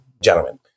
gentlemen